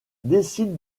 décide